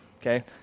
okay